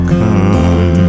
come